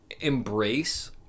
embrace